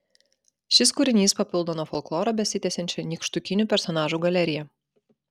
šis kūrinys papildo nuo folkloro besitęsiančią nykštukinių personažų galeriją